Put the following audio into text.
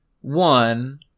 one